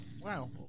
wow